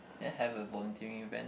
I have a volunteering event